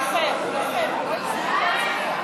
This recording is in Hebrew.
לא הספקתי,